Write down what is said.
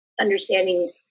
understanding